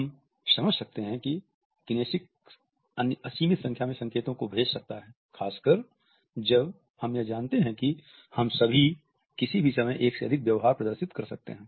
हम समझ सकते हैं कि किनेसिक्स असीमित संख्या में संकेतों को भेज सकता हैं खासकर जब हम यह जानते हैं कि हम सभी किसी भी समय एक से अधिक व्यवहार प्रदर्शित कर सकते हैं